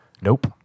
Nope